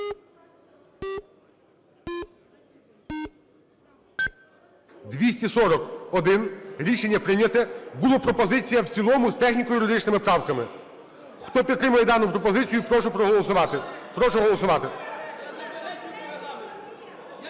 За-241 Рішення прийнято. Була пропозиція: в цілому з техніко-юридичними правками. Хто підтримує дану пропозицію, прошу проголосувати. Прошу голосувати.